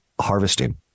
harvesting